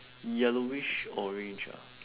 yellowish orange ah